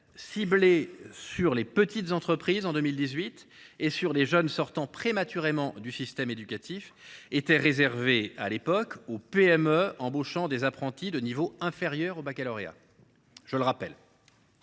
Ciblée sur les petites entreprises et sur les jeunes sortant prématurément du système éducatif, cette aide était réservée, à l’époque, aux PME embauchant des apprentis de niveau inférieur au baccalauréat. À la suite de